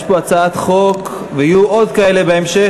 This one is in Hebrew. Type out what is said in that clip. יש פה הצעת חוק ויהיו עוד כאלה בהמשך.